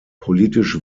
politisch